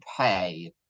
pay